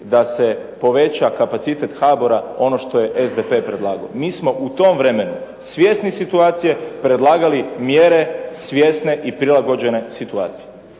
da se poveća kapacitet HBOR-a. Ono što je SDP predlagao. Mi smo u tom vremenu svjesni situacije predlagali mjere svjesne i prilagođene situaciji.